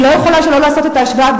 אני לא יכולה שלא לעשות את ההשוואה,